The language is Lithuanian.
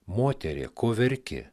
moterie ko verki